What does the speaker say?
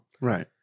Right